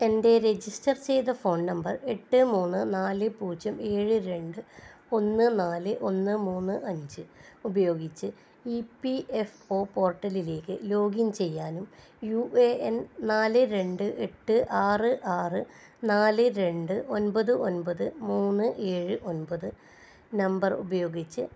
എൻ്റെ രജിസ്റ്റർ ചെയ്ത phone number എട്ട് മൂന്ന് നാല് പൂജ്യം ഏഴ് രണ്ട് ഒന്ന് നാല് ഒന്ന് മൂന്ന് അഞ്ച് ഉപയോഗിച്ച് ഇ പി എഫ് ഒ പോർട്ടലിലേക്ക് ലോഗിൻ ചെയ്യാനും യു എ എൻ നാല് രണ്ട് എട്ട് ആറ് ആറ് നാല് രണ്ട് ഒമ്പത് ഒമ്പത് മൂന്ന് ഏഴ് ഒമ്പത് നമ്പർ ഉപയോഗിച്ച്